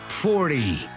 Forty